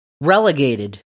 relegated